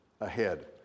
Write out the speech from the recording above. ahead